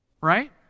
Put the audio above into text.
right